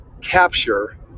capture